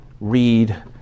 read